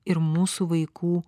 ir mūsų vaikų